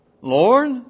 Lord